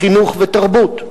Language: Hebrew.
חינוך ותרבות.